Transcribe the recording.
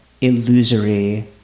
illusory